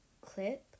clip